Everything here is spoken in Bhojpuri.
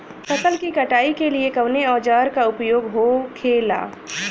फसल की कटाई के लिए कवने औजार को उपयोग हो खेला?